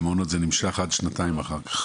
במעונות זה נמשך עד שנתיים אחר כך.